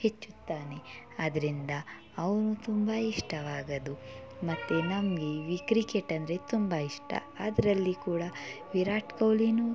ಹೆಚ್ಚುತ್ತಾನೆ ಆದ್ದರಿಂದ ಅವನು ತುಂಬ ಇಷ್ಟವಾಗೋದು ಮತ್ತು ನಮಗೆ ಈ ಕ್ರಿಕೆಟ್ ಅಂದರೆ ತುಂಬ ಇಷ್ಟ ಅದರಲ್ಲಿ ಕೂಡ ವಿರಾಟ್ ಕೊಹ್ಲಿನೂ